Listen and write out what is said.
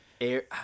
Air